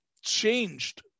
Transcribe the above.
changed